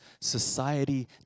society